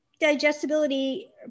digestibility